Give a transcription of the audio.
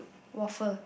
waffle